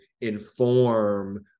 inform